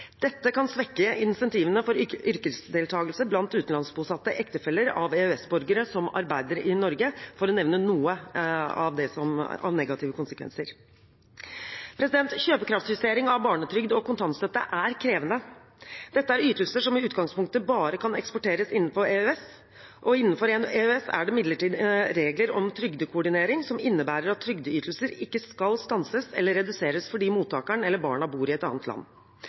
Dette kan svekke incentivene for yrkesdeltakelse blant utenlandsbosatte ektefeller av EØS-borgere som arbeider i Norge, for å nevne noen av de negative konsekvensene. Kjøpekraftsjustering av barnetrygd og kontantstøtte er krevende. Dette er ytelser som i utgangspunktet bare kan eksporteres innenfor EØS. Innenfor EØS er det imidlertid regler om trygdekoordinering, som innebærer at trygdeytelser ikke skal stanses eller reduseres fordi mottakeren eller barna bor i et annet land.